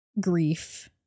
grief